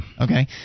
Okay